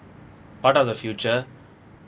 part of the future